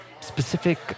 specific